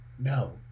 No